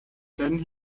then